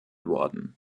worden